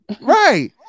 Right